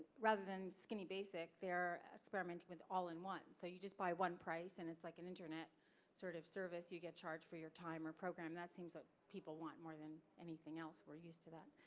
rather than skinny basic, they're experimenting with all in one, so you just buy one price, and it's like an internet sort of service. you get charged for your time or program. that seems what like people want more than anything else. we're used to that.